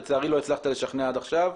לצערי לא הצלחת לשכנע עד עכשיו.